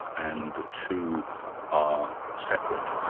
and the two are separate.